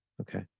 Okay